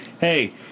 hey